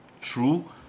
true